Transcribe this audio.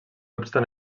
obstant